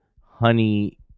Honey